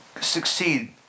succeed